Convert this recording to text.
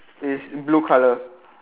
is blue colour